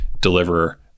deliver